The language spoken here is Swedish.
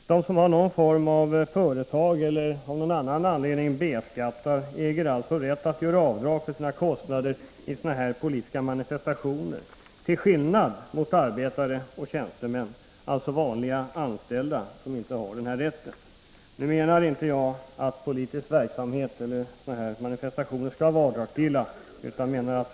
De som har någon form av företag eller av annan anledning B-skattar äger rätt att göra avdrag för sina kostnader för politiska manifestationer till skillnad mot arbetare och tjänstemän, alltså vanliga anställda, som inte har denna rätt. Nu menar inte jag att politisk verksamhet i sig skall vara avdragsgill.